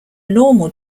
normal